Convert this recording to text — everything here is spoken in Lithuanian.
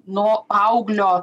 no paauglio